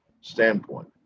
standpoint